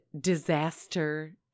disaster